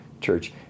church